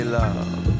love